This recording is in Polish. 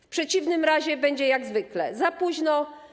W przeciwnym razie będzie jak zwykle za późno.